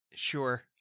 sure